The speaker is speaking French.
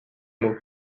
mot